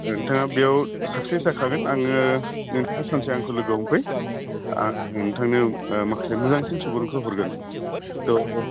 नोंथाङा बेयाव साक्सेस जाखागोन आङो नोंथाङा आंखौ सानसे लोगो हमफै आं नोंथांनो मोजांसिन सुबुरुनखौ हरगोन थ'